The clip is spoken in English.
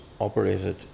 operated